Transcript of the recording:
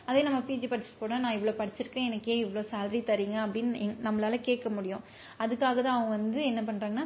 அதே நம்ம பிஜி படிச்சுட்டு போனால் நான் இவ்வளோ படிச்சுருக்கேன் எனக்கு ஏன் இவ்வளோ சேல்ரி தரிங்க அப்படின்னு எங் நம்மளால கேட்க முடியும் அதுக்காக தான் அவங்க வந்து என்ன பண்ணுறாங்னா